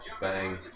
bang